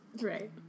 right